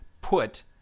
put